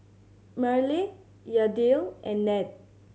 Myrle Yadiel and Ned